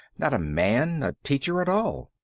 not a man, a teacher at all.